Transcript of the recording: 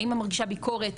האם היא מרגישה ביקורת,